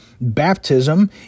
baptism